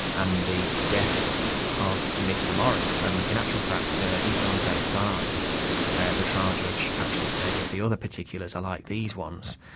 and the death of mr morris, and in actual fact even on day five the trial judge actually said, if the other particulars are like these ones,